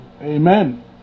Amen